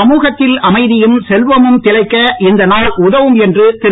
சமூகத்தில் அமைதியும் செல்வமும் திளைக்க இந்த நாள் உதவும் என்று திரு